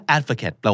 Advocate